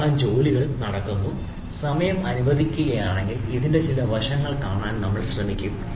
ധാരാളം ജോലികൾ നടക്കുന്നു സമയം അനുവദിക്കുകയാണെങ്കിൽ ഇതിന്റെ ചില വശങ്ങൾ കാണാൻ നമ്മൾ ശ്രമിക്കും